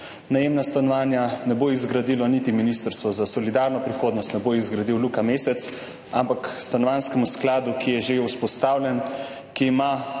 najemna stanovanja, ne bo jih zgradilo niti Ministrstvo za solidarno prihodnost, ne bo jih zgradil Luka Mesec. Ampak Stanovanjskemu skladu, ki je že vzpostavljen, ki ima